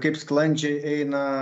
kaip sklandžiai eina